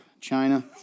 China